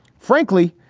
frankly,